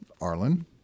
Arlen